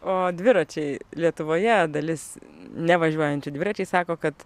o dviračiai lietuvoje dalis nevažiuojančių dviračiais sako kad